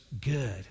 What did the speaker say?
good